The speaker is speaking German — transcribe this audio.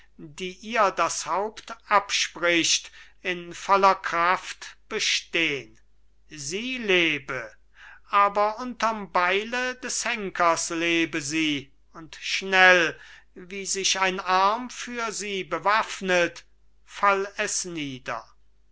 die ihr das haupt abspricht in voller kraft bestehn sie lebe aber unterm beile des henkers lebe sie und schnell wie sich ein arm für sie bewaffnet fall es nieder